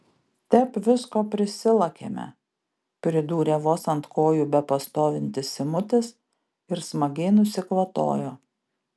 tep visko prisilakėme pridūrė vos ant kojų bepastovintis simutis ir smagiai nusikvatojo